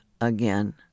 again